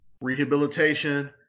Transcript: Rehabilitation